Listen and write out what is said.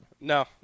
No